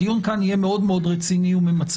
הדיון כאן יהיה מאוד מאוד רציני וממצה.